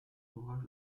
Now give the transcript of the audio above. ouvrage